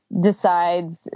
decides